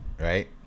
right